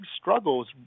struggles